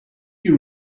you